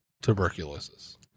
Tuberculosis